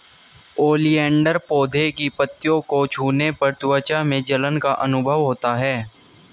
oleander पौधे की पत्तियों को छूने पर त्वचा में जलन का अनुभव होता है